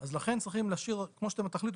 אז לכן צריכים להשאיר את הסכום כמו שאתם תחליטו,